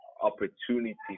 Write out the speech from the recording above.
opportunity